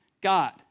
God